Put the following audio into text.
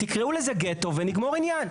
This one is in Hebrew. תקראו לזה גטו ונגמור עניין.